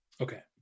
okay